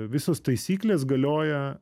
visos taisyklės galioja